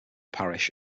parish